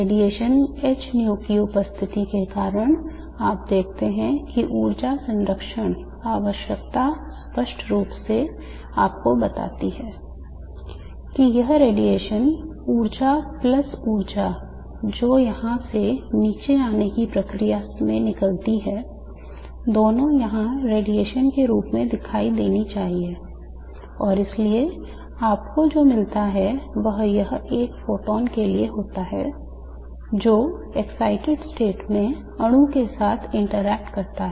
radiation hν की उपस्थिति के कारण आप देखते हैं कि ऊर्जा संरक्षण आवश्यकता स्पष्ट रूप से आपको बताती है कि यह रेडिएशन ऊर्जा प्लस ऊर्जा जो यहां से नीचे आने की प्रक्रिया में निकलती है दोनों यहां रेडिएशन के रूप में दिखाई देनी चाहिए और इसलिए आपको जो मिलता है वह एक फोटॉन के लिए होता है जो excited state में अणु के साथ interact करता है